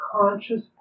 conscious